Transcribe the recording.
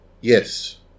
yes